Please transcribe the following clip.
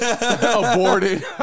aborted